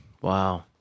Wow